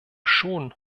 schon